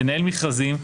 לנהל מכרזים,